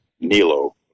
Nilo